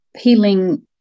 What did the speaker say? healing